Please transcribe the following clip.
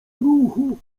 ruchu